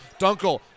Dunkel